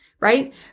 right